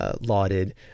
Lauded